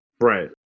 right